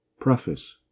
Preface